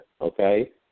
Okay